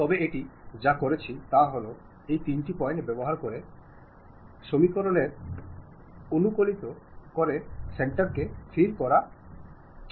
তবে এটি যা করেছে তা হল এই তিনটি পয়েন্ট ব্যবহার করে সমীকরণকে অনুকূলিত করে সেন্টারকে স্থির করা হচ্ছে